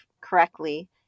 correctly